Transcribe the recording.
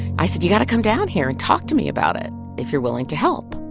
i said, you've got to come down here and talk to me about it if you're willing to help.